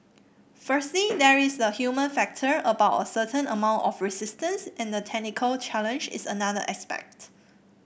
firstly there is the human factor about a certain amount of resistance and the technical challenge is another aspect